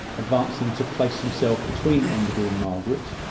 advancing to place himself between enderby and margaret,